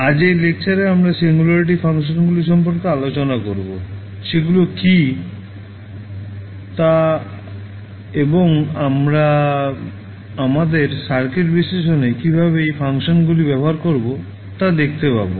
আজ এই লেকচারে আমরা সিঙ্গুলারিটি ফাংশনগুলি সম্পর্কে আলোচনা করব সেগুলি কী তা এবং আমরা আমাদের সার্কিট বিশ্লেষণে কীভাবে এই ফাংশনগুলি ব্যবহার করব তা দেখতে পাব